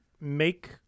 make